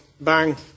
bang